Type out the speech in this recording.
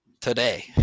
today